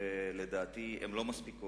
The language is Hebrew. לדעתי לא מספיק,